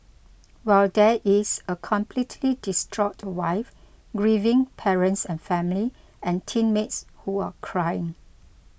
while there is a completely distraught wife grieving parents and family and teammates who are crying